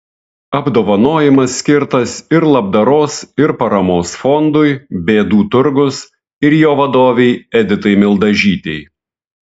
apdovanojimas skirtas ir labdaros ir paramos fondui bėdų turgus ir jo vadovei editai mildažytei